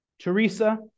Teresa